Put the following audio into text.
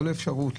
כל אפשרות,